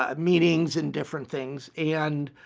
ah meetings and different things. and